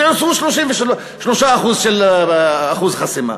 תנצלו 33% של אחוז חסימה.